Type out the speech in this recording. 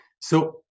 So-